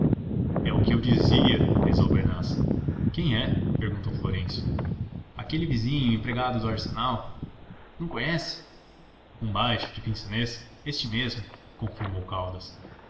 é o que eu dizia fez albernaz quem é perguntou florêncio aquele vizinho empregado do arsenal não conhece um baixo de pince-nez este mesmo confirmou caldas